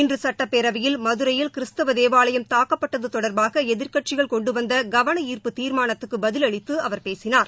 இன்று சட்டப்பேரவையில் மதுரையில் கிறிஸ்துவ தேவாலயம் தாக்கப்பட்டது தொடர்பாக எதிர்க்கட்சிகள் கொண்டு வந்த கவன ார்ப்பு தீர்மானத்துக்கு பதிலளித்து அவர் பேசினார்